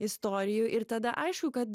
istorijų ir tada aišku kad